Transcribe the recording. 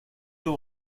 you